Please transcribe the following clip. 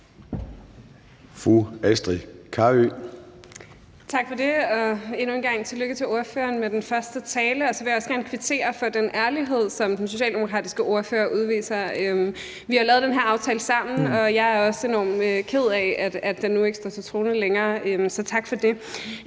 Astrid Carøe (SF): Tak for det. Endnu en gang tillykke til den socialdemokratiske ordfører med den første tale, og så vil jeg også gerne kvittere for den ærlighed, som ordføreren udviser. Vi har jo lavet den her aftale sammen, og jeg er også enormt ked af, at den nu ikke længere står til troende. Så tak for det.